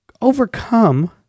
overcome